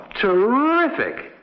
Terrific